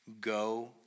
go